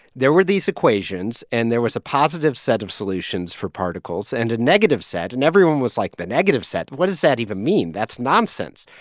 there were these equations, and there was a positive set of solutions for particles and a negative set, and everyone was like, the negative set what does that even mean? that's nonsense.